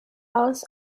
als